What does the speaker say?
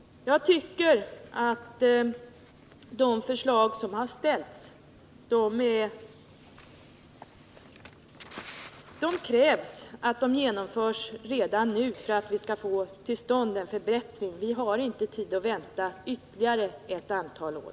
Jag tycker att de framförda förslagen skall genomföras redan nu, så att vi får till stånd en förbättring. Vi har inte tid att vänta ytterligare ett antal år.